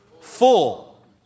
Full